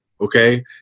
okay